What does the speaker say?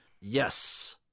yes